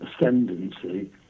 ascendancy